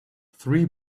three